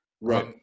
Right